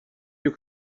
you